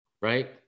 right